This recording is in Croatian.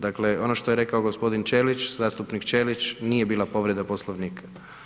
Dakle, ono što je rekao gospodin Ćelić, zastupnik Ćelić nije bila povreda Poslovnika.